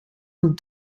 een